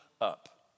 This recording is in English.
up